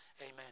amen